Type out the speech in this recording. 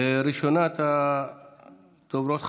ראשונת הדוברות,